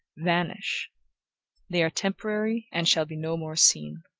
vanish they are temporary and shall be no more seen.